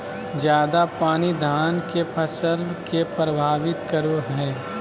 ज्यादा पानी धान के फसल के परभावित करो है?